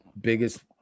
biggest